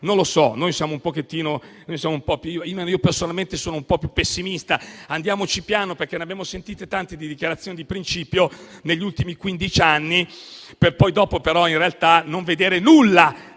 storia. Io personalmente sono un po' più pessimista: andiamoci piano, perché ne abbiamo sentite tanti di dichiarazioni di principio negli ultimi quindici anni, per poi dopo, in realtà, non vedere nulla